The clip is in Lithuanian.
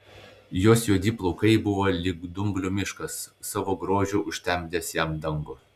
jos juodi plaukai buvo lyg dumblių miškas savo grožiu užtemdęs jam dangų